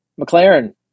McLaren